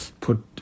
put